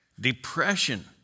depression